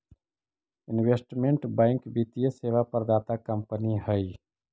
investment bank वित्तीय सेवा प्रदाता कंपनी हई